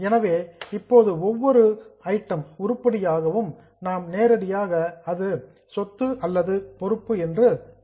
எனவே இப்போது ஒவ்வொரு ஐட்டம் உருப்படிக்கும் நேராக அது சொத்து அல்லது பொறுப்பு என்று குறித்துக் கொள்ளுங்கள்